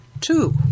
two